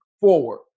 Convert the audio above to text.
forward